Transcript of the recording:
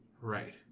Right